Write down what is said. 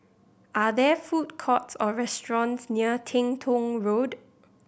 are there food courts or restaurants near Teng Tong Road